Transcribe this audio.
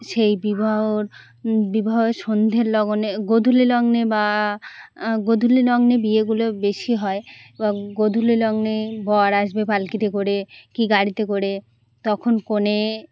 সেই বিবাহর বিবাহ সন্ধের লগনে গোধুলি লগ্নে বা গোধুলি লগ্নে বিয়েগুলো বেশি হয় বা গোধূলি লগ্নে বর আসবে পালকিতে করে কি গাড়িতে করে তখন কনে